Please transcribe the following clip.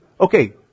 Okay